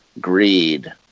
greed